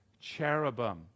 cherubim